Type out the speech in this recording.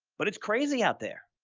but it's crazy out there.